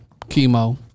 Chemo